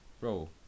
Bro